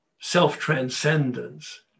self-transcendence